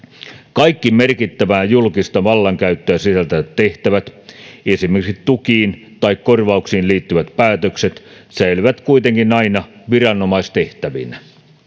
kaikki merkittävää julkista vallankäyttöä sisältävät tehtävät esimerkiksi tukiin tai korvauksiin liittyvät päätökset säilyvät kuitenkin aina viranomaistehtävinä